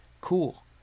cool